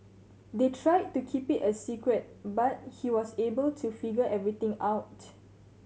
they tried to keep it a secret but he was able to figure everything out